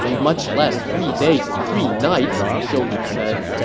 much less three days and three nights! zhou yu said.